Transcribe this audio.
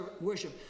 worship